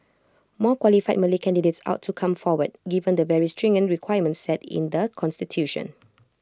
more qualified Malay candidates ought to come forward given the very stringent requirements set in the Constitution